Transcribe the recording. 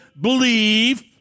believe